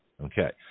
Okay